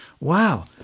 wow